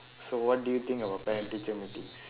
so what do you think about parent-teacher meetings